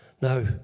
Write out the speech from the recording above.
Now